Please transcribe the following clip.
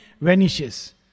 vanishes